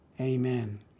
Amen